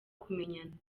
kumenyana